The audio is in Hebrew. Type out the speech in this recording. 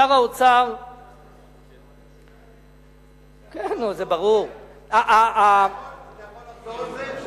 שר האוצר, אתה יכול לחזור על זה?